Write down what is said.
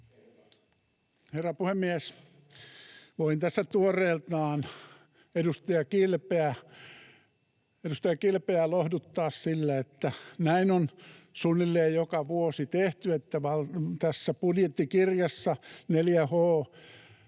Herra puhemies! Voin tässä tuoreeltaan edustaja Kilpeä lohduttaa sillä, että näin on suunnilleen joka vuosi tehty, että tässä budjettikirjassa 4H-yhdistykseen